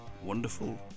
wonderful